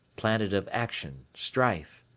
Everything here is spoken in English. planet of action, strife.